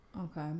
okay